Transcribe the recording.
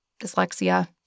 dyslexia